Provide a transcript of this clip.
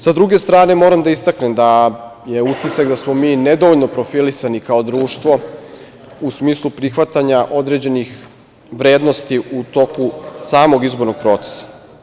Sa druge strane, moram da istaknem, da je utisak da smo mi nedovoljno profilisani kao društvo, u smislu prihvatanja određenih vrednosti u toku samog izbornog procesa.